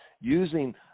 using